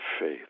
faith